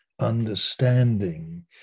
understanding